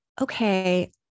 okay